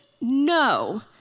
No